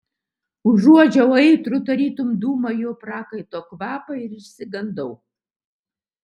užuodžiau aitrų tarytum dūmai jo prakaito kvapą ir išsigandau